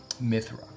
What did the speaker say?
Mithra